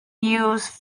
used